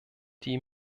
die